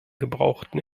gebrauchten